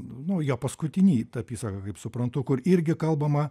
nu jo paskutiny ta apysaka kaip suprantu kur irgi kalbama